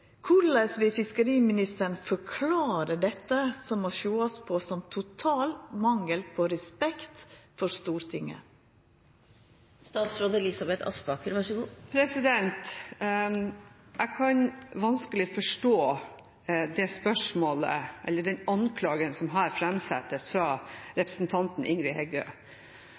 Korleis vil fiskeriministeren forklara dette, som må sjåast på som ein total mangel på respekt for Stortinget? Jeg kan vanskelig forstå det spørsmålet eller den anklagen som her fremsettes fra representanten Ingrid Heggø.